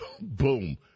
boom